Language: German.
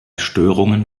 störungen